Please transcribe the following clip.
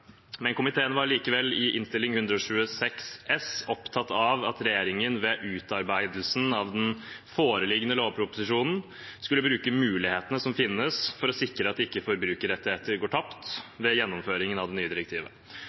Men komiteen var likevel i Innst. 126 S opptatt av at regjeringen ved utarbeidelsen av den foreliggende lovproposisjonen skulle bruke mulighetene som finnes for å sikre at ikke forbrukerrettigheter går tapt ved gjennomføringen av det nye direktivet.